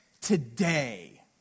today